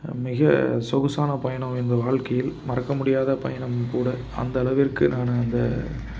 மிக சொகுசான பயணம் என் வாழ்க்கையில் மறக்க முடியாத பயணமும் கூட அந்த அளவிற்கு நான் அந்த